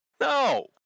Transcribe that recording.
No